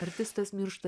artistas miršta